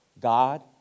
god